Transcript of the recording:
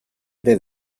ere